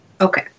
Okay